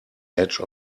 edge